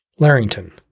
Larrington